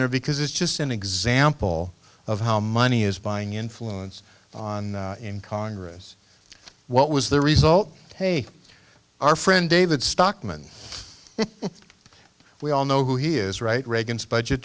there because it's just an example of how money is buying influence on in congress what was the result hey our friend david stockman we all know who he is right reagan's budget